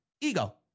Ego